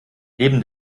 neben